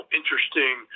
interesting